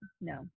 no